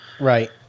right